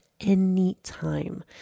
anytime